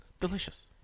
Delicious